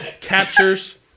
captures